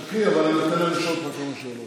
תתחיל, אבל אני אתן להם לשאול אותך כמה שאלות.